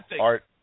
Art